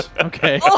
Okay